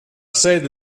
sede